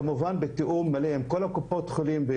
כמובן בתיאום מלא עם כל קופות החולים.